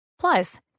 Plus